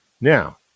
Now